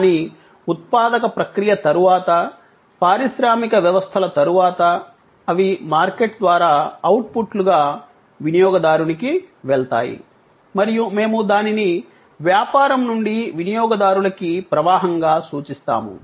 కానీ ఉత్పాదక ప్రక్రియ తరువాత పారిశ్రామిక వ్యవస్థల తరువాత అవి మార్కెట్ ద్వారా అవుట్పుట్లుగా వినియోగదారునికి వెళ్తాయి మరియు మేము దానిని వ్యాపారం నుండి వినియోగదారులకి ప్రవాహంగా సూచిస్తాము